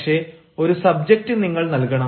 പക്ഷേ ഒരു സബ്ജക്റ്റ് നിങ്ങൾ നൽകണം